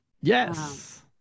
yes